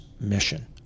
mission